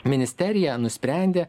ministerija nusprendė